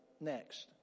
next